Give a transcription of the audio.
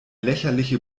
lächerliche